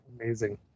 amazing